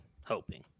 Hoping